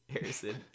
Harrison